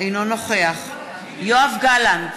אינו נוכח יואב גלנט,